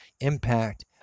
impact